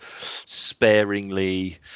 sparingly